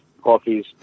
coffee's